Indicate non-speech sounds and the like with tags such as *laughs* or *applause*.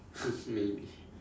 *laughs* maybe